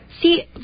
see